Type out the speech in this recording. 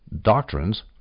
doctrines